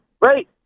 Right